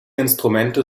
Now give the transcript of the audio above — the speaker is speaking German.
instrumente